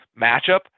matchup